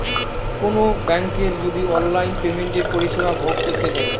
কোনো বেংকের যদি অনলাইন পেমেন্টের পরিষেবা ভোগ করতে চাই